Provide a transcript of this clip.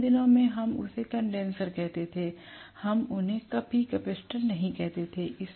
पुराने दिनों में हम उन्हें कंडेनसर कहते थे हम उन्हें कभी कैपेसिटर नहीं कहते थे